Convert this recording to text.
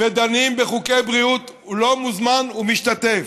ודנים בחוקי בריאות, הוא לא מוזמן, הוא משתתף,